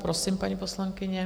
Prosím, paní poslankyně.